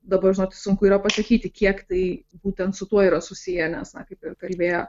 dabar sunku yra pasakyti kiek tai būtent su tuo yra susiję nes na kaip ir kalbėjo